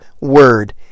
word